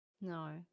No